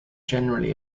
generally